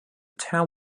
town